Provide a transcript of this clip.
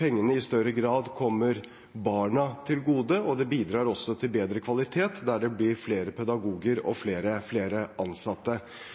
pengene i større grad kommer barna til gode, og det bidrar til bedre kvalitet der det blir flere pedagoger og flere ansatte.